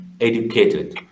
educated